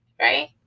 Right